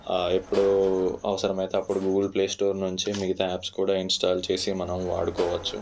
ఎప్పుడు అవసరం అయితే అప్పుడు గూగుల్ ప్లేస్టోర్ నుంచి మిగతా యాప్స్ కూడా ఇన్స్టాల్ చేసి మనం వాడుకోవచ్చు